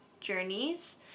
journeys